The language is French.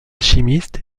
chimiste